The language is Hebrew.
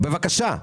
בבקשה.